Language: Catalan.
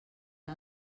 que